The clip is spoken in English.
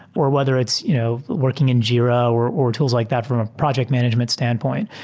or whether it's you know working in jira, or or tools like that from a project management standpoint.